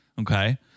Okay